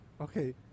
Okay